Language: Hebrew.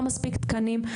לא מספיק תקנים.